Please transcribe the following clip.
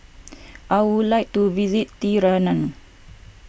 I would like to visit Tirana